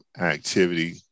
activity